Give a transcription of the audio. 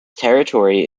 territory